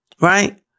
right